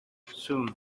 soon